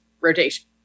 rotation